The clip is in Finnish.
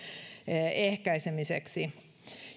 ehkäisemiseksi